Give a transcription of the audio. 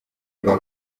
rwa